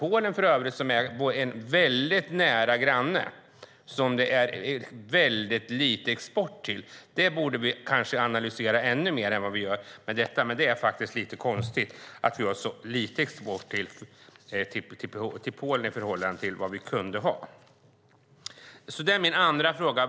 Polen är en nära granne som vi exporterar väldigt lite till. Varför det är så borde vi kanske analysera mer. Det är konstigt att vi har så lite export till Polen i förhållande till vad vi skulle kunna ha.